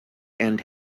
and